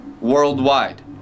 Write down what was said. worldwide